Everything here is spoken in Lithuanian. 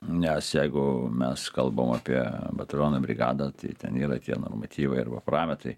nes jeigu mes kalbam apie batalioną brigadą tai ten yra tie normatyvai arba parametrai